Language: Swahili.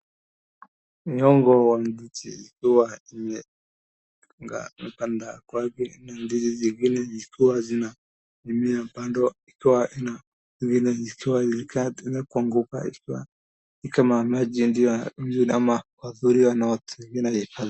Miongo wa ndizi zilizo imepangwa mpanda kwake, na ndizi zingine zilikuwa zinamea bando, ikiwa ina zingine zilikuwa zimekatwa na kuanguka, ikiwa ni kama maja ndio ya ama kuadhuriwa na wengine.